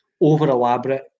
over-elaborate